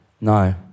No